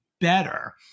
better